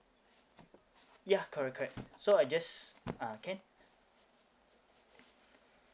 ya correct correct so I just uh can